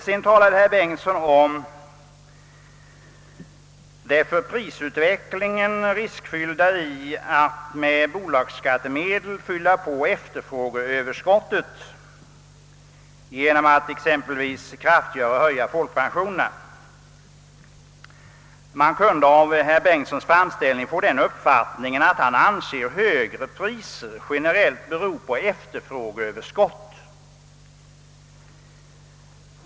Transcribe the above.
Sedan talade herr Bengtsson i Varberg om det för prisutvecklingen riskfyllda i att med bolagsskattemedel fylla på efterfrågeöverskottet genom att exempelvis kraftigare höja folkpensionerna. Man kunde av herr Bengtssons framställning få den uppfattningen att han anser att högre priser generellt beror på efterfrågeöverskott.